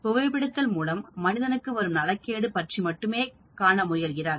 புகைப்பிடித்தல் மூலம் மனிதனுக்கு வரும் நலக்கேடு பற்றி மட்டுமே காண முயல்கிறார்கள்